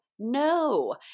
No